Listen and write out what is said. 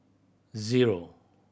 zero